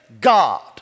God